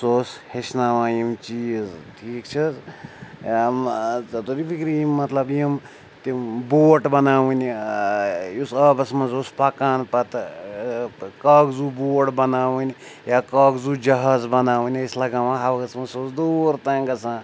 سُہ اوس ہیٚچھناوان یِم چیٖز ٹھیٖک چھِ حظ ژےٚ توٚریہِ فِکرِ یِم مطلب یِم تِم بوٹ بَناوٕنۍ یُس آبَس منٛز اوس پَکان پَتہٕ کاغذوٗ بوٹ بَناوٕنۍ یا کاغذوٗ جہاز بَناوٕنۍ ٲسۍ لَگاوان ہَوۂس منٛز سُہ اوس دوٗر تام گَژھان